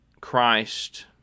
Christ